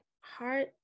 heart